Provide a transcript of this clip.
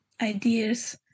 ideas